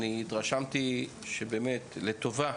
אני באמת התרשמתי לטובה